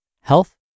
Health